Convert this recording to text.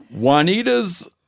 Juanita's